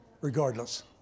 regardless